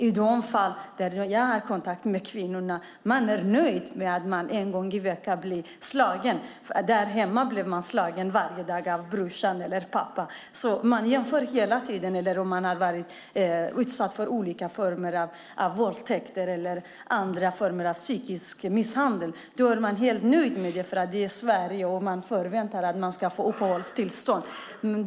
I de kontakter jag har med dessa kvinnor är de nöjda med att bli slagna en gång i veckan. I sina hemländer blev de slagna varje dag av brodern eller pappan. Man jämför alltså hela tiden. Om de varit utsatta för våldtäkter eller olika former av psykisk misshandel är de helt nöjda eftersom de är i Sverige och förväntar sig att få uppehållstillstånd.